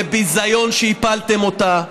זה ביזיון שהפלתם אותה.